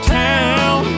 town